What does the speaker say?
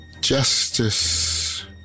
justice